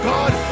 God